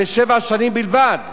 ושבע שנים בלבד.